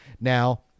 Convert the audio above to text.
Now